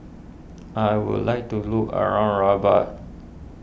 I would like to look around Rabat